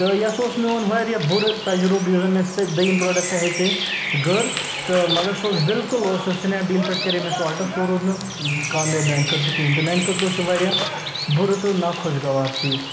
تہٕ یہِ ہسا اوس میون واریاہ بُرٕ تَجرُبہٕ یُس زَن مےٚ سہٕ دوٚیِم پرٛوڈَکٹ ہیٚژے گٔر تہٕ مگر سُہ اوس بالکل اوس سُہ سنیپ ڈیٖل پٮ۪ٹھ کَرے مےٚ سُہ آرڈر سُہ روٗد نہٕ کامیاب میٛانہِ خٲطرٕ کِہیٖنۍ تہٕ میٛانہِ خٲطرٕ اوس یہِ واریاہ بُرٕ تہٕ ناخۄش گوار چیٖز